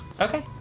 Okay